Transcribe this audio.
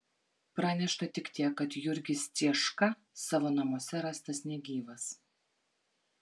pranešta tik tiek kad jurgis cieška savo namuose rastas negyvas